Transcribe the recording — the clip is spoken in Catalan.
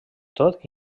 tot